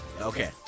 Okay